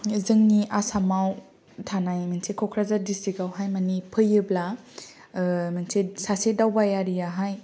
जोंनि आसामाव थानाय मोनसे कक्राझार दिस्ट्रिकावहाय फैयोब्ला ओ मोनसे सासे दावबायारिहाय